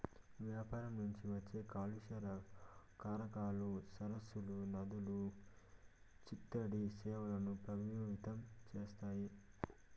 వ్యవసాయం నుంచి వచ్చే కాలుష్య కారకాలు సరస్సులు, నదులు, చిత్తడి నేలలను ప్రభావితం చేస్తాయి